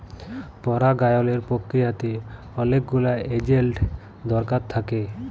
পরাগায়লের পক্রিয়াতে অলেক গুলা এজেল্ট দরকার থ্যাকে